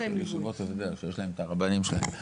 ישיבות, אני יודע שיש להם את הרבנים שלהם.